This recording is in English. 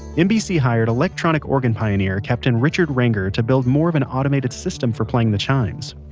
nbc hired electronic organ pioneer capt. and richard ranger to build more of an automated system for playing the chimes.